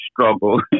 struggle